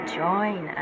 join